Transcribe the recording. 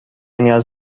نیاز